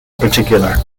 particular